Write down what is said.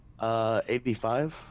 85